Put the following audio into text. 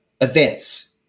events